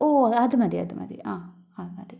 ഓ അതുമതി അതുമതി ആ ആ മതി